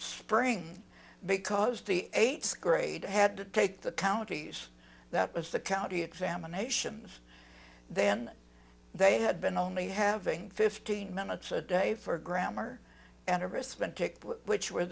spring because the eighth grade had to take the counties that was the county examinations then they had been only having fifteen minutes a day for grammar and to respond to which were